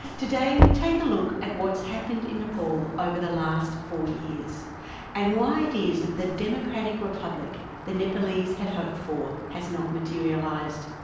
today we take a look at what's happened in nepal over the last four years and why it is that the democratic republic the nepalese had hoped for has not materialised.